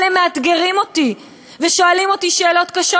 אבל הם מאתגרים אותי ושואלים אותי שאלות קשות